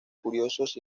curiosos